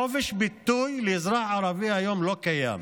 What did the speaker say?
חופש ביטוי לאזרחי ערבי היום לא קיים.